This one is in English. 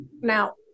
Now